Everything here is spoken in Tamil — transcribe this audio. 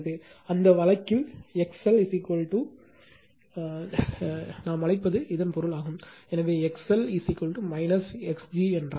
அந்த வழக்கில் எக்ஸ்எல் என்று நாம் அழைப்பது இதன் பொருள் எனவே XL X g என்றால்